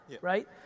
right